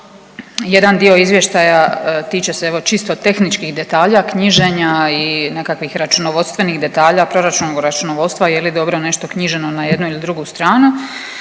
jedan dio izvještaja tiče se evo čisto tehničkih detalja, knjiženja i nekakvih računovodstvenih detalja, proračun računovodstva, je li dobro nešto knjiženo na jednu ili drugu stranu,